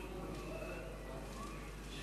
מה נשאר לי?